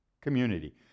community